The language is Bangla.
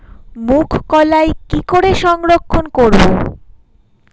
মুঘ কলাই কি করে সংরক্ষণ করব?